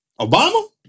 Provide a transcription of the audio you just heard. Obama